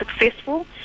successful